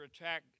attack